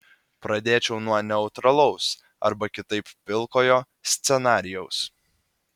pradėčiau nuo neutralaus arba kitaip pilkojo scenarijaus